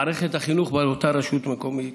מערכת החינוך באותה רשות מקומית,